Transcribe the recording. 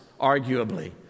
arguably